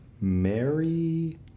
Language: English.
Mary